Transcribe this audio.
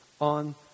on